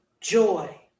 Joy